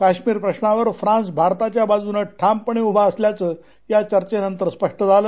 काश्मीर प्रश्नावर फ्रान्स भारताच्या बाजूनं ठामपणे उभा असल्याचं या चर्चेनंतर स्पष्ट झालं